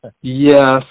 Yes